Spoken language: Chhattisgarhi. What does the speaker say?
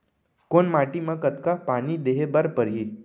कोन माटी म कतका पानी देहे बर परहि?